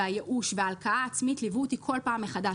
הייאוש וההלקאה עצמית ליוו אותי כל פעם מחדש.